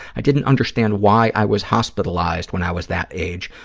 i didn't understand why i was hospitalized when i was that age,